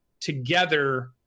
together